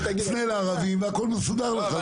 תפנה לערבים והכול מסודר לך,